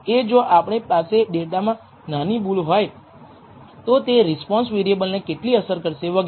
એ જો આપણી પાસે ડેટામાં નાની ભૂલ હોય તો તે રિસ્પોન્સ વેરિએબલને કેટલી અસર કરશે વગેરે